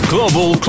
Global